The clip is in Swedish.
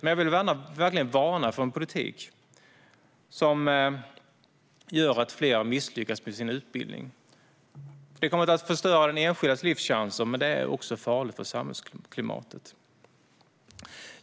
Men jag vill verkligen varna för en politik som leder till att fler misslyckas med sin utbildning. Det kommer att förstöra den enskildas livschanser. Men det är också farligt för samhällsklimatet.